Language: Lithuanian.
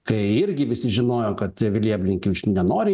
kai irgi visi žinojo kad vilija blinkevičiūtė nenori